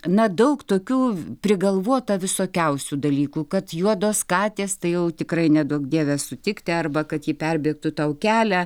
na daug tokių prigalvota visokiausių dalykų kad juodos katės tai jau tikrai neduok dieve sutikti arba kad ji perbėgtų tau kelią